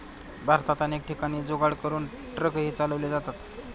भारतात अनेक ठिकाणी जुगाड करून ट्रकही चालवले जातात